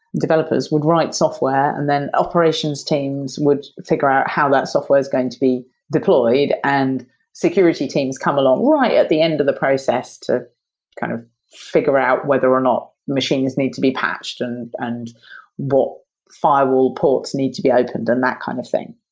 developers would write software and then operations teams would figure out how that software is going to be deployed and security teams come along right at the end of the process to kind of figure out whether or not machines need to be patched and and what firewall ports need to be opened and that kind of thing.